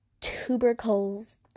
tuberculosis